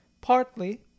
Partly